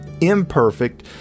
imperfect